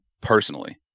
personally